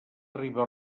riba